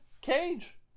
cage